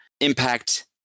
impact